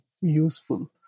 useful